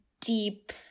deep